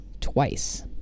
twice